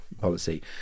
policy